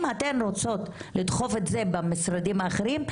אם אתן רוצות לדחוף את זה במשרדים האחרים,